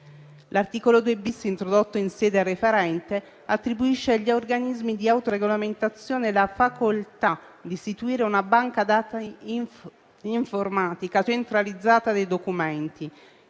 L'articolo 2-*bis*, introdotto in sede referente, attribuisce agli organismi di autoregolamentazione la facoltà di istituire una banca dati informatica centralizzata dei documenti;